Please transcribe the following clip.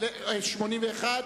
81,